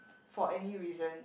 for any reason